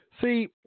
see